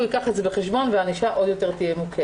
הוא ייקח את זה בחשבון והענישה תהיה עוד יותר מקלת.